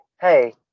hey